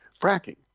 Fracking